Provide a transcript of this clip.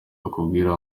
akubwira